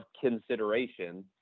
consideration